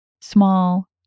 small